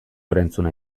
erantzuna